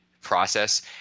process